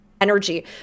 energy